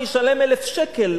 אני אשלם 1,000 שקל,